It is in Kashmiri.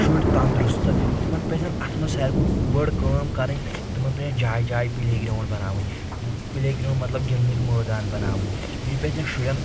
شُرۍ تندرُستہٕ تِمن پزن اتھ منٛز ساروی کھۄتہٕ بٔڑ کٲم کَرٕنۍ تِمن پیٚیَن جایہ جایہ پِلے گرٛاونٛڈ بناوٕنۍ پلے گرٛاونٛڈ مطلب گِنٛدنٕکۍ مٲدان بناوٕنۍ بیٚیہِ پزِنک شُرؠن